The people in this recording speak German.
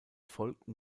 folgten